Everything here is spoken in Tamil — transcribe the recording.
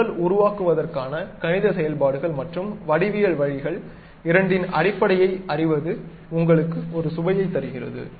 படங்கள் உருவாக்குவதற்கான கணித செயல்பாடுகள் மற்றும் வடிவியல் வழிகள் இரண்டின் அடிப்படையை அறிவது உங்களுக்கு ஒரு சுவையைத் தருகிறது